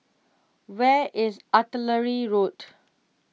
where is Artillery Road